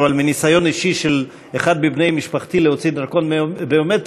אבל מניסיון אישי של אחד מבני משפחתי להוציא דרכון ביומטרי,